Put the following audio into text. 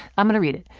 i'm gonna read it.